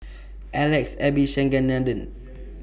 Alex Abisheganaden